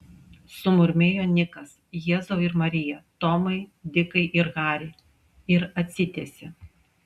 sumurmėjo nikas jėzau ir marija tomai dikai ir hari ir atsitiesė